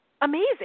amazing